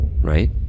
right